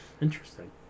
Interesting